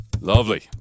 Lovely